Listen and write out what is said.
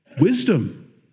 wisdom